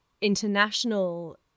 international